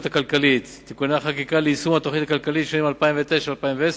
הכלכלית (תיקוני חקיקה ליישום התוכנית הכלכלית לשנים 2009 ו-2010).